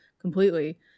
completely